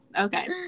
Okay